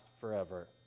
forever